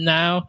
Now